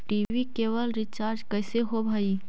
TV केवल recharge कैसे होब हइ?